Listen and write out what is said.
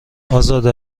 ازاده